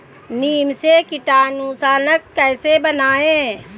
नीम से कीटनाशक कैसे बनाएं?